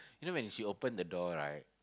you know when she open the door right